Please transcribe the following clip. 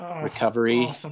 recovery